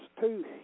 two